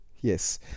Yes